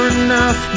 enough